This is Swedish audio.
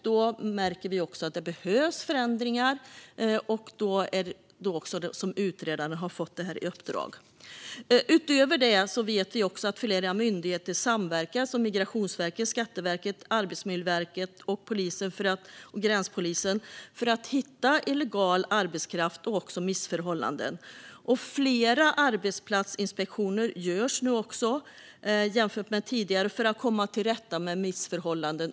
Vi märker att det behövs förändringar, och det är därför som utredaren har fått detta uppdrag. Utöver detta vet vi att flera myndigheter samverkar, till exempel Migrationsverket, Skatteverket, Arbetsmiljöverket, polisen och gränspolisen för att hitta illegal arbetskraft och uppdaga missförhållanden. Fler arbetsplatsinspektioner görs nu jämfört med tidigare för att komma till rätta med missförhållanden.